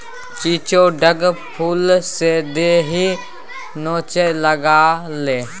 चिचोढ़क फुलसँ देहि नोचय लागलै